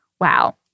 wow